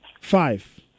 Five